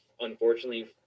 unfortunately